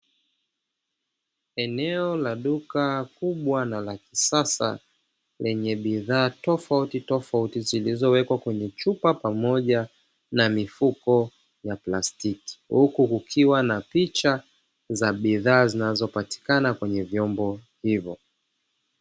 Eneo la duka kubwa la kisasa lenye bidhaa tofautitofauti zilizowekwa kwenye chupa pamoja na mifuko ya plastiki huku kukiwa na picha za bidhaa zinazopatikana katika vyombo hivyo.